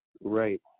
Right